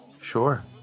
Sure